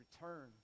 return